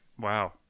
Wow